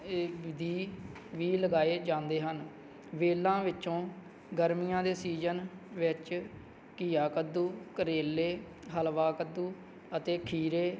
ਦੀ ਵੀ ਲਗਾਏ ਜਾਂਦੇ ਹਨ ਵੇਲਾਂ ਵਿੱਚੋਂ ਗਰਮੀਆਂ ਦੇ ਸੀਜ਼ਨ ਵਿੱਚ ਘੀਆ ਕੱਦੂ ਕਰੇਲੇ ਹਲਵਾ ਕੱਦੂ ਅਤੇ ਖੀਰੇ